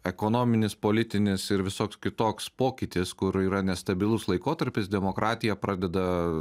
ekonominis politinis ir visoks kitoks pokytis kur yra nestabilus laikotarpis demokratija pradeda